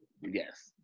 Yes